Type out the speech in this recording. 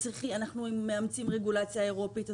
אנחנו מאמצים רגולציה אירופאית,